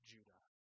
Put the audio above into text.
Judah